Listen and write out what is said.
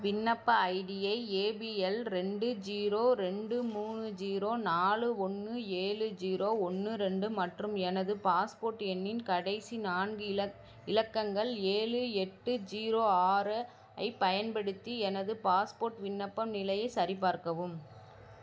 விண்ணப்ப ஐடியை ஏபிஎல் ரெண்டு ஜீரோ ரெண்டு மூணு ஜீரோ நாலு ஒன்று ஏழு ஜீரோ ஒன்று ரெண்டு மற்றும் எனது பாஸ்போர்ட் எண்ணின் கடைசி நான்கு இலக் இலக்கங்கள் ஏழு எட்டு ஜீரோ ஆறு ஐப் பயன்படுத்தி எனது பாஸ்போர்ட் விண்ணப்ப நிலையை சரிபார்க்கவும்